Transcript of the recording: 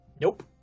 Nope